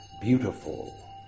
beautiful